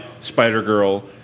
Spider-Girl